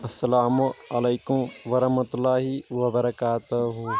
اسلام عليكم ورحمة الله وبركاته